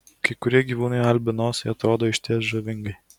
kai kurie gyvūnai albinosai atrodo išties žavingai